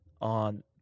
on